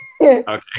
okay